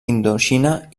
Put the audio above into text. indoxina